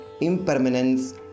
impermanence